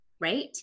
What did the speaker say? right